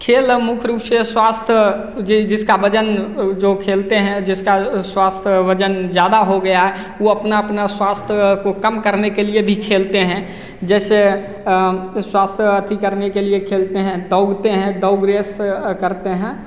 खेल मुख्य रूप से स्वास्थ्य जिसका वजन जो खेलते हैं जिसका स्वास्थ्य वजन ज़्यादा हो गया है वो अपना अपना स्वास्थ्य को कम करने के लिए भी खेलते हैं जैसे स्वास्थ्य अथी करने के लिए खेलते हैं दौड़ते हैं दौड़ रेस करते हैं